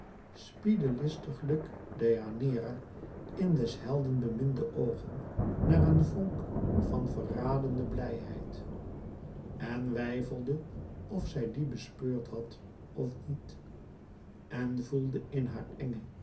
spiedde listiglijk deianeira in des helden beminde oogen naar een vonk van verradende blijheid en weifelde of zij die bespeurd had of niet en voelde in haar